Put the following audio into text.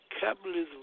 capitalism